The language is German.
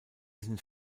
sind